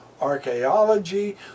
archaeology